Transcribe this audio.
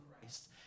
Christ